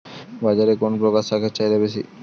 বাজারে কোন প্রকার শাকের চাহিদা বেশী?